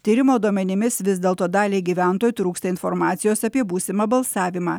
tyrimo duomenimis vis dėlto daliai gyventojų trūksta informacijos apie būsimą balsavimą